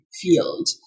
field